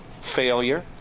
failure